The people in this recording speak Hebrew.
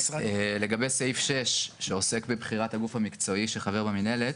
לגבי סעיף 6 שעוסק בבחירת הגוף המקצועי של חבר במינהלת,